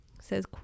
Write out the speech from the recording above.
says